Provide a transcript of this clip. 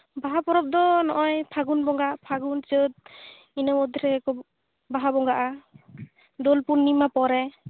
ᱵᱟᱦᱟ ᱯᱚᱨᱚᱵᱽ ᱫᱚ ᱱᱚᱜᱼᱚᱭ ᱯᱷᱟᱜᱩᱱ ᱵᱚᱸᱜᱟ ᱯᱷᱟᱹᱜᱩᱱ ᱪᱟᱹᱛ ᱤᱱᱟᱹ ᱢᱩᱫᱽ ᱨᱮᱜᱮ ᱠᱚ ᱵᱟᱦᱟ ᱵᱚᱸᱜᱟᱜᱼᱟ ᱫᱳᱞ ᱯᱩᱱᱱᱤᱢᱟ ᱯᱚᱨᱮ